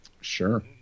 Sure